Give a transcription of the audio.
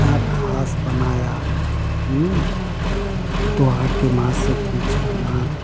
खाना ख़ास बनाया तो आ कर माँ से पूछा माँ